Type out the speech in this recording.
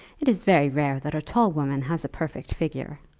it is very rare that a tall woman has a perfect figure.